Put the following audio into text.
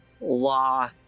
law